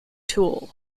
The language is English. tool